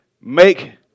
Make